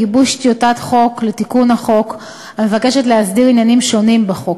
גיבוש טיוטת חוק לתיקון החוק המבקשת להסדיר עניינים שונים בחוק.